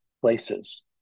places